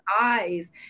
eyes